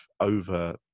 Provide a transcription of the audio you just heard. over